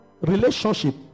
Relationship